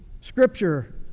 scripture